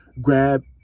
grab